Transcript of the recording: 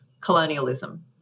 colonialism